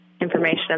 information